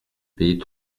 payer